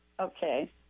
Okay